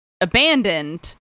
abandoned